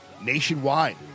nationwide